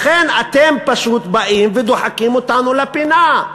לכן, אתם פשוט באים ודוחקים אותנו לפינה,